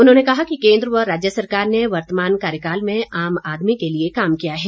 उन्होंने कहा कि केन्द्र व राज्य सरकार ने वर्तमान कार्यकाल में आम आदमी के लिए काम किया है